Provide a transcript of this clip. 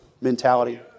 mentality